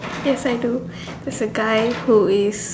yes I do there's a guy who is